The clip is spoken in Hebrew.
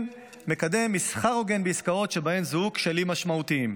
מקדם מסחר הוגן בעסקאות שבהן זוהו כשלים משמעותיים.